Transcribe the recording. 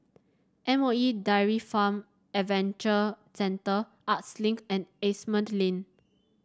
M O E Dairy Farm Adventure Centre Arts Link and Asimont Lane